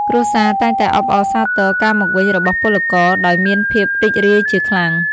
គ្រួសារតែងតែអបអរសាទរការមកវិញរបស់ពលករ ដោយមានភាពរីករាយជាខ្លាំង។